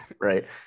right